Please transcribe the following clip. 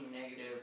negative